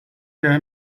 der